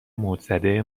موجزده